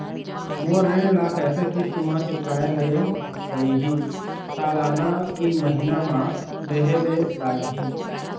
मोर ऋण ला कैसे किस्त म चुकाए ले पढ़िही, सालाना की महीना मा देहे ले लागही?